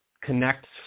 connects